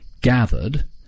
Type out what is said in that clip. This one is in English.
gathered